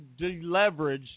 deleveraged